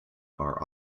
are